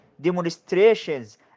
demonstrations